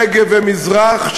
נגב ומזרח,